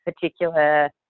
particular